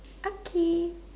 okay